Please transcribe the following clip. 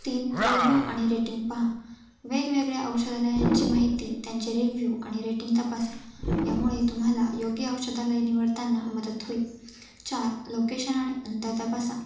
तीन रिव्ह्यू आणि रेटिंग पहा वेगवेगळ्या औषधालयांची माहिती त्यांचे रिव्ह्यू आणि रेटिंग तपासा यामुळे तुम्हाला योग्य औषधालय निवडतांना मदत होईल चार लोकेशन आणि अंतर तपासा